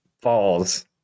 falls